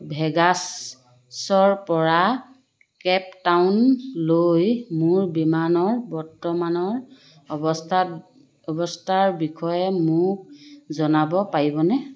ভেগাছৰপৰা Cape টাউনলৈ মোৰ বিমানৰ বৰ্তমানৰ অৱস্থাত অৱস্থাৰ বিষয়ে মোক জনাব পাৰিবনে